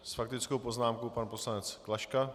S faktickou poznámkou pan poslanec Klaška.